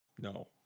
no